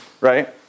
Right